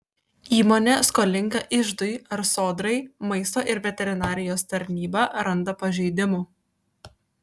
įmonė skolinga iždui ar sodrai maisto ir veterinarijos tarnyba randa pažeidimų